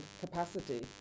capacity